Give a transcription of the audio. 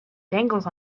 dangles